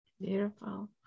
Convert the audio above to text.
Beautiful